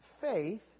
faith